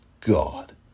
God